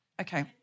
Okay